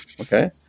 Okay